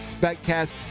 BetCast